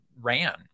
ran